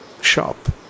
shop